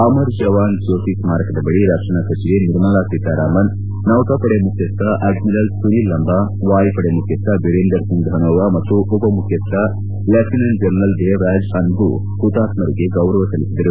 ಅಮರ್ ಜವಾನ್ ಜ್ಯೋತಿ ಸ್ನಾರಕದ ಬಳಿ ರಕ್ಷಣಾ ಸಚಿವೆ ನಿರ್ಮಲಾ ಸೀತಾರಾಮನ್ ನೌಕಾಪಡೆ ಮುಖ್ಚಸ್ವ ಅಡ್ಡಿರಲ್ ಸುನಿಲ್ ಲಂಬಾ ವಾಯುಪಡೆ ಮುಖ್ಯಸ್ಥ ಬೀರೆಂದರ್ ಸಿಂಗ್ ಧನೋವಾ ಮತ್ತು ಉಪಮುಖ್ಯಸ್ಥ ಲೆಫ್ಟಿನೆಂಟ್ ಜನರಲ್ ದೇವರಾಜ್ ಅನ್ಲು ಹುತಾತ್ಪರಿಗೆ ಗೌರವ ಸಲ್ಲಿಸಿದರು